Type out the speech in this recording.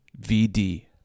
VD